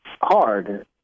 hard